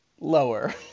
Lower